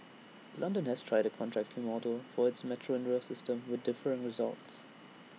London has tried A contracting model for its metro and rail system with differing results